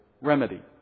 remedy